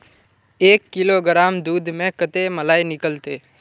एक किलोग्राम दूध में कते मलाई निकलते?